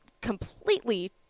completely